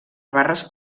barres